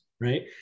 right